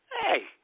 Hey